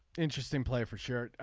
interesting play for sure.